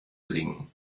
singen